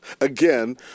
again